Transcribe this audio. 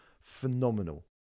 phenomenal